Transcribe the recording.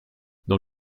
dans